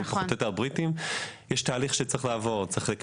מאז תקופת הבריטים פחות או יותר.